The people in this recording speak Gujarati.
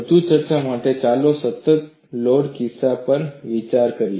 વધુ ચર્ચા માટે ચાલો સતત લોડ કિસ્સા પર વિચાર કરીએ